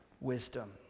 wisdom